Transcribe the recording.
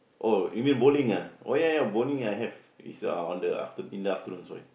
oh you mean bowling ah oh ya ya bowling I have is uh on the after in the afternoon sorry